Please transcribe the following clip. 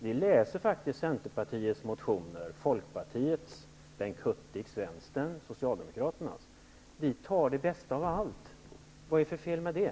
Vi läser faktiskt motionerna från Socialdemokraterna. Vi tar det bästa av allt. Vad är det för fel med det?